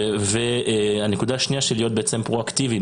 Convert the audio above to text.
גם להיות פרו-אקטיביים,